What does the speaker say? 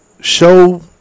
show